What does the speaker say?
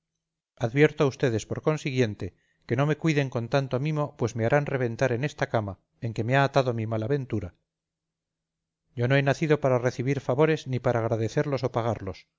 advierto a ustedes por consiguiente que no me cuiden con tanto mimo pues me harán reventar en esta cama en que me ha atado mi mala ventura yo no he nacido para recibir favores ni para agradecerlos o pagarlos